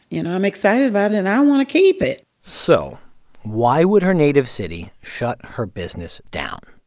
you know, i'm excited about it, and i want to keep it so why would her native city shut her business down?